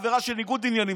עבירה של ניגוד עניינים,